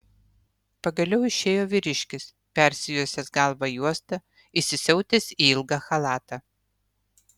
pagaliau išėjo vyriškis persijuosęs galvą juosta įsisiautęs į ilgą chalatą